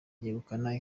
yegukana